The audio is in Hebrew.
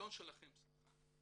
שלכם -- שלנו.